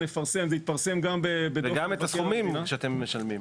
זה יתפרסם גם ---- וגם את הסכומים שאתם משלמים.